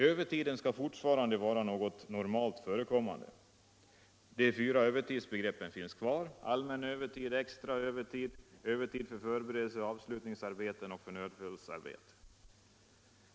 Övertiden skall fortfarande vara någonting normalt förekommande. De fyra övertidsbegreppen finns kvar — allmän övertid, extra övertid, övertid för förberedelseoch avslutningsarbeten och övertid för nödfallsarbete.